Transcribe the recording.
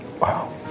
Wow